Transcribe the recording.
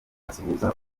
asuhuza